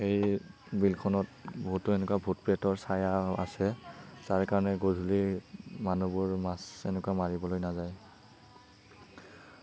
এই বিলখনত বহুতো এনেকুৱা ভূত প্ৰেতৰ ছায়া আছে যাৰ কাৰণে গধূলি মানুহবোৰ মাছ এনেকুৱা মাৰিবলৈ নাযায়